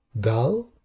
dull